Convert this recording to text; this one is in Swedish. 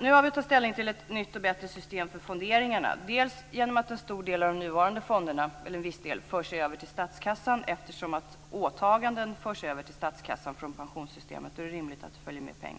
Nu har vi att ta ställning till ett nytt och bättre system för fonderingarna. Bl.a. kommer en viss del av de nuvarande fonderna att föras över till statskassan eftersom åtaganden förs över till statskassan från pensionssystemet. Då är det rimligt att pengarna följer med.